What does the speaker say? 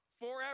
forever